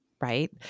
right